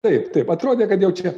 taip taip atrodė kad jau čia